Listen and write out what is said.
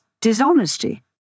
dishonesty